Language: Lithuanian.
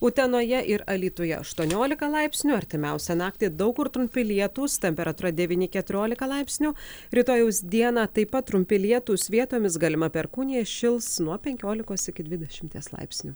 utenoje ir alytuje aštuoniolika laipsnių artimiausią naktį daug kur trumpi lietūs temperatūra devyni keturiolika laipsnių rytojaus dieną taip pat trumpi lietūs vietomis galima perkūnija šils nuo penkiolikos iki dvidešimties laipsnių